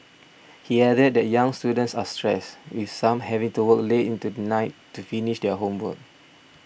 he added that young students are stressed with some having to work late into the night to finish their homework